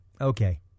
okay